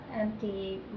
empty